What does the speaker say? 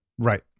Right